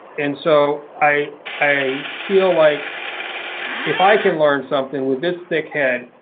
and so i i feel like if i can learn something with this thick head,